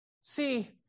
See